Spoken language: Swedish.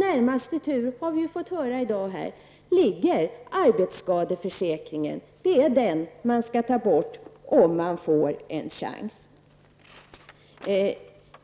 Närmast i tur, har vi fått höra i dag, ligger arbetsskadeförsäkringen. Det är den man skall ta bort om man får en chans.